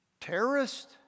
Terrorist